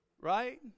right